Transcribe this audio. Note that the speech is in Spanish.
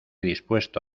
dispuesto